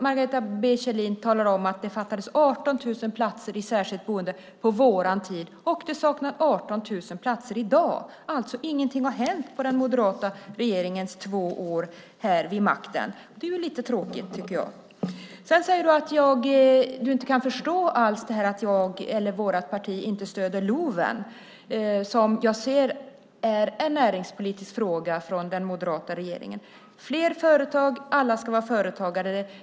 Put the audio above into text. Margareta B Kjellin talade om att det fattades 18 000 platser i särskilt boende på vår tid. Det saknas 18 000 platser i dag. Alltså har ingenting hänt under den moderata regeringens två år vid makten. Det är lite tråkigt, tycker jag. Sedan säger du att du inte alls kan förstå att vårt parti inte stöder LOV, som jag ser som en näringspolitisk fråga från den moderata regeringen. Det handlar om fler företag. Alla ska vara företagare.